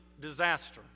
disaster